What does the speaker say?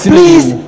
Please